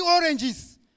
oranges